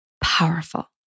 powerful